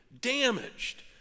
damaged